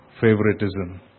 favoritism